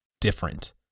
different